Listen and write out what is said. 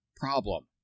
problem